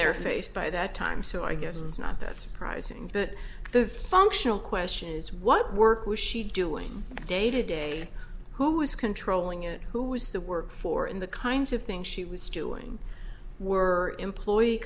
their face by that time so i guess it's not that surprising but the functional question is what work was she doing day to day who was controlling it who was the work for in the kinds of things she was doing were employee